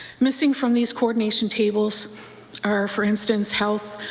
missing from these co-ordination tables are, for instance, health,